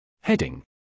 Heading